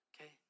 Okay